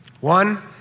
One